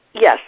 Yes